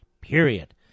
period